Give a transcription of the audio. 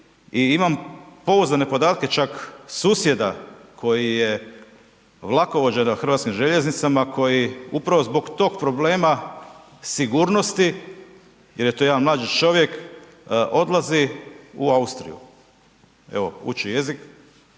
i imam pouzdane podatke susjeda koji je vlakovođa na Hrvatskim željeznicama koji upravo zbog tog problema sigurnosti jer je to jedan mlađi čovjek odlazi u Austriju. Evo, uči jezik